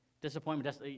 disappointment